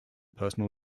personal